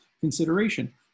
consideration